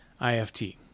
IFT